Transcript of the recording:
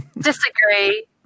Disagree